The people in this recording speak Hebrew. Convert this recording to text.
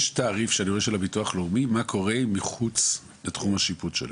יש תעריף של הביטוח הלאומי מה קורה מחוץ לתחום השיפוט שלהם.